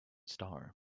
star